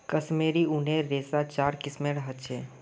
कश्मीरी ऊनेर रेशा चार किस्मेर ह छे